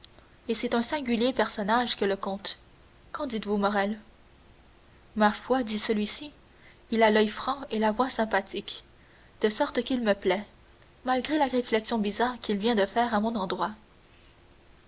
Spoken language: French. et c'est un singulier personnage que le comte qu'en dites-vous morrel ma foi dit celui-ci il a l'oeil franc et la voix sympathique de sorte qu'il me plaît malgré la réflexion bizarre qu'il vient de faire à mon endroit